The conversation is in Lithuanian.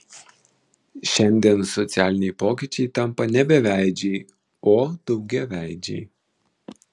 šiandien socialiniai pokyčiai tampa ne beveidžiai o daugiaveidžiai